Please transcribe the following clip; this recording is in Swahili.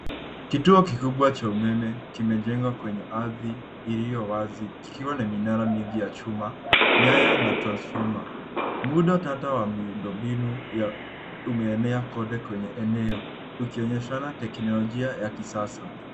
Kituo kikubwa cha umeme kimejengwa kwenye ardhi iliyowazi, ikiwa na minara mingi ya chuma, nyaya na transfoma. Muundo tata wa miundombinu umeenea kwote kwenye eneo ukionyeshana teknolojia ya kisasa.